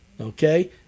okay